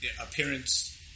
appearance